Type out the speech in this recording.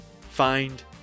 find